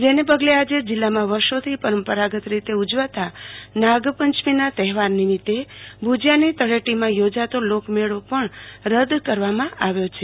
જેને પગલે આવતીકાલે જીલ્લામાં વર્ષોથી પરંપરાગત રીતે ઉજવાતા નાંગપંચમીનાં તહેવાર નિમિતે ભુજીયાની તળેટીમાં યોજાતો લોકમેળો પણ રદ્દ કરવામાં આવ્યો છે